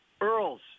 Earl's